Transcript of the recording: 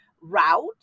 route